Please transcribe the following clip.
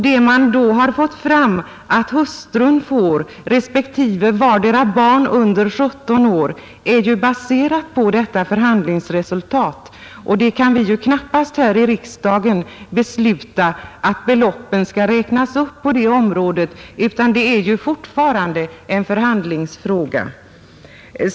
Det man då har fått fram att hustrun respektive varje barn under 17 år får är ju baserat på detta förhandlingsresultat, och vi här i riksdagen kan knappast besluta att beloppen skall räknas upp, utan det är fortfarande en förhandlingsfråga.